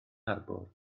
harbwr